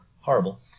Horrible